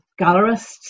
gallerists